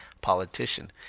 politician